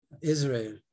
Israel